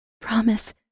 Promise